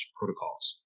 protocols